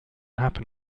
happen